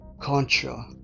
CONTRA